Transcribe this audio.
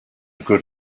good